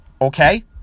okay